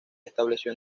estableció